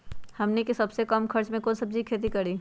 हमनी के सबसे कम खर्च में कौन से सब्जी के खेती करी?